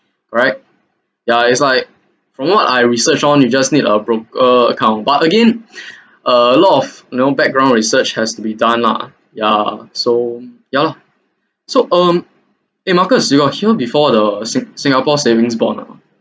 right ya it's like from what I research on you just need a broker account but again a lot of you know background research has to be done lah ya so ya lor so um eh marcus you got hear before the sing~ singapore savings bond ah